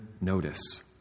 Notice